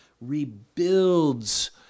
rebuilds